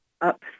up